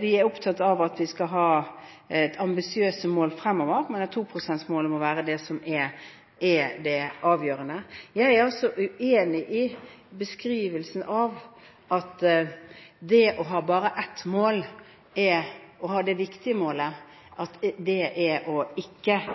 Vi er opptatt av at vi skal ha ambisiøse mål fremover, men at toprosentsmålet må være det som er det avgjørende. Jeg er altså uenig i beskrivelsen av at det å ha bare ett mål – å ha det viktige målet – ikke er ambisiøst. Men vi har sagt at det er